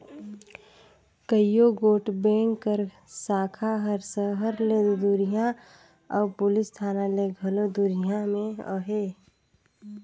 कइयो गोट बेंक कर साखा हर सहर ले दुरिहां अउ पुलिस थाना ले घलो दुरिहां में अहे